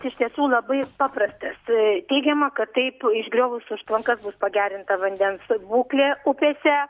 iš tiesų labai paprastas teigiama kad taip išgriovus užtvankas bus pagerinta vandens būklė upėse